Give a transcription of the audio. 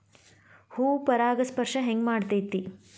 ಹೂ ಪರಾಗಸ್ಪರ್ಶ ಹೆಂಗ್ ಮಾಡ್ತೆತಿ?